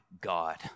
God